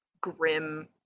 grim